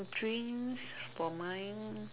dreams for mine